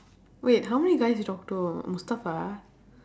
wait how many guys she talk to mustafa